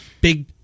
big